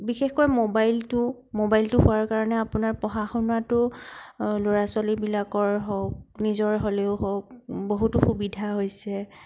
বিশেষকৈ মবাইলটো মবাইলটো হোৱাৰ কাৰণে আপোনাৰ পঢ়া শুনাতো ল'ৰা ছোৱালীবিলাকৰ হওক নিজৰ হ'লেও হওক বহুতো সুবিধা হৈছে